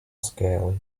scale